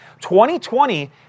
2020